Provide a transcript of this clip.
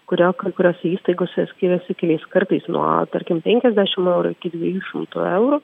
kurie kai kuriose įstaigose skiriasi keliais kartais nuo tarkim penkiadešim eurų iki dviejų šimtų eurų